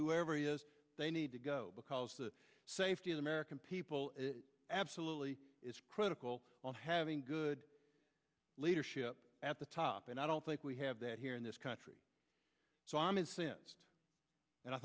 whoever he is they need to go because the safety of american people absolutely is critical of having good leadership at the top and i don't think we have that here in this country so i'm incensed and i